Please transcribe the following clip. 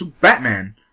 Batman